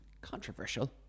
controversial